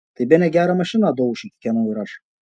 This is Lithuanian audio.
tai bene gerą mašiną dauši kikenau ir aš